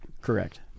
Correct